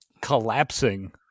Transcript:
collapsing